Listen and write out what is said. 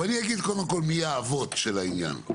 אני אגיד קודם כל מי האבות של העניין.